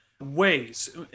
ways